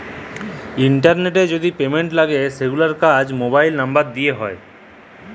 ইলটারলেটে যদি পেমেল্ট লাগে সেগুলার কাজ মোবাইল লামবার দ্যিয়ে হয়